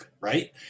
right